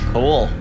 Cool